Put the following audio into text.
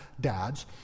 dads